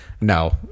no